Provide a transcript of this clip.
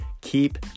keep